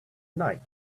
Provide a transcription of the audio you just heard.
night